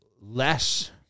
less